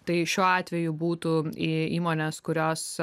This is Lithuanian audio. tai šiuo atveju būtų į įmonės kurios